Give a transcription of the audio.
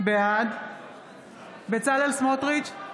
בעד בצלאל סמוטריץ'